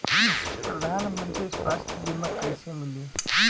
प्रधानमंत्री स्वास्थ्य बीमा कइसे मिली?